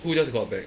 who just got back